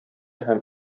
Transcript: һәм